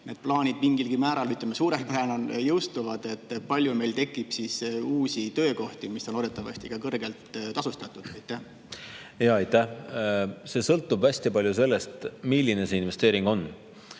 need plaanid mingilgi määral, ütleme, suurel määral jõustuvad, kui palju meil tekib uusi töökohti, mis on loodetavasti ka kõrgelt tasustatud? Aitäh! See sõltub hästi palju sellest, milline see investeering on.